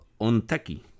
Onteki